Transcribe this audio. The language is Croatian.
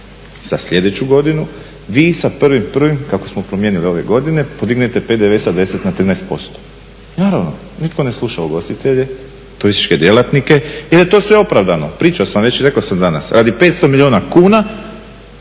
za sljedeću godinu, vi sa 1.1. kako smo promijenili ove godine podignete PDV sa 10 na 13%. I naravno nitko ne sluša ugostitelje, turističke djelatnike jer je to sve opravdano. Priča se, već rekao sam danas radi 500 milijuna kuna